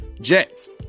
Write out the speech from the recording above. Jets